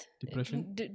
depression